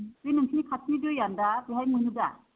बे नोंसिनि खाथिनि दैयानो दा बेहाय मोनो दा